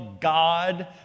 God